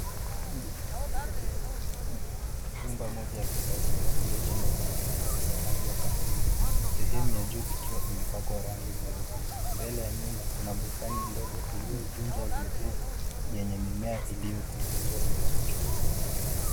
Nyumba moja ya kisasa iliyojengwa kwa matofali ya rangi ya kahawia, sehemu ya juu ikiwa imepakwa rangi nyeupe, mbele ya nyumba kuna bustani iliyotunzwa vizuri yenye mimea iliyopunguzwa vizuri.